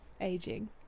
aging